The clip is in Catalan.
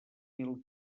mil